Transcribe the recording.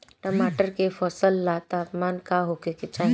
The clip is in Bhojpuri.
टमाटर के फसल ला तापमान का होखे के चाही?